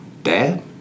Dad